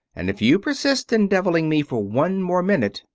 and if you persist in deviling me for one more minute,